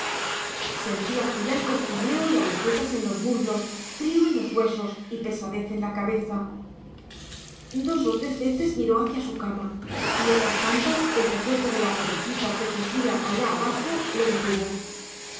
sentía julián cosquilleo y agujetas en los muslos frío en los huesos y pesadez en la cabeza dos o tres veces miró hacia su cama y otras tantas el recuerdo de la pobrecita que sufría allá abajo le detuvo